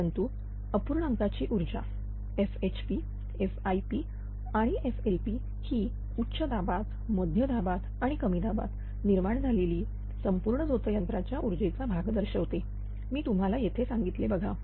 परंतु अपूर्णांकाची ऊर्जा FHP FIP आणि FLP ही उच्च दाबात मध्य दाबात आणि कमी दाबात निर्माण झालेली संपूर्ण झोत यंत्राच्या ऊर्जेचा भाग दर्शवते मी तुम्हाला तेथे सांगितले बघा